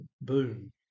Boom